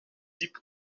diep